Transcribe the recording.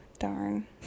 darn